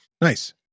Nice